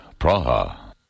Praha